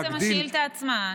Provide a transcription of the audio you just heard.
זו בעצם השאילתה עצמה.